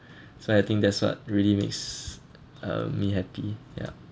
so I think that's what really makes um me happy ya